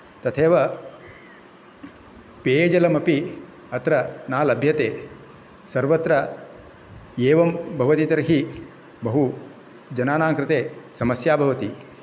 तथैव पेयजलमपि अत्र न लभ्यते सर्वत्र एवं भवति तर्हि बहु जनानां कृते समस्या भवति